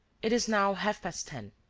it is now half-past ten.